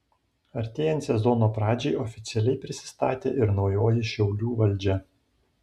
artėjant sezono pradžiai oficialiai prisistatė ir naujoji šiaulių valdžia